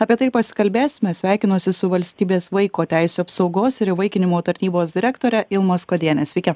apie tai ir pasikalbėsime sveikinuosi su valstybės vaiko teisių apsaugos ir įvaikinimo tarnybos direktore ilma skuodiene veiki